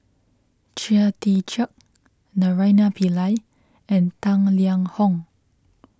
Chia Tee Chiak Naraina Pillai and Tang Liang Hong